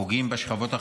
פוגעים בשכבות החלשות,